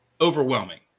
overwhelming